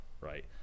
right